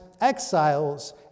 exiles